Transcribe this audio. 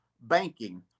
banking